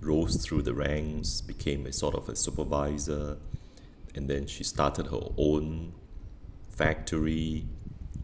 rose through the ranks became a sort of a supervisor and then she started her own factory